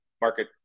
market